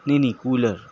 نہیں نہیں کولر